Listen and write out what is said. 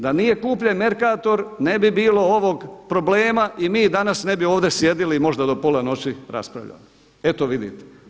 Da nije kupljen Mercator ne bi bilo ovog problema i mi danas ne bi ovdje sjedili možda do pola noći raspravljali, eto vidite.